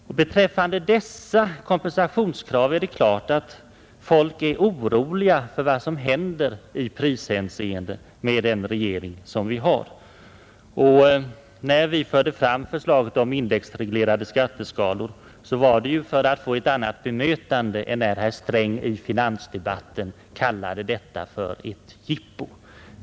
Och det är klart att med den regering vi har är människorna oroliga för vad som händer i prishänseende. När vi förde fram förslaget om indexreglerade skatteskalor var det för att få ett annat bemötande än det som vi fick när herr Sträng i finansdebatten kallade detta för ett jippo.